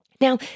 Now